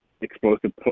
explosive